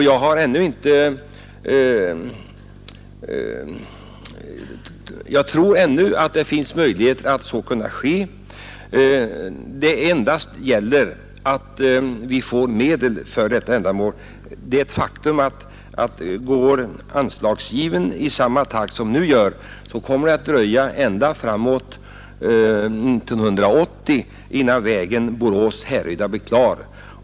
Jag tror ännu att det finns möjligheter att så kan ske, det gäller endast att vi får medel till detta ändamål. Det är ett faktum att om anslagsgivningen går i samma takt som nu, kommer det att dröja ända till framemot 1980 innan vägen Borås-Härryda blir klar.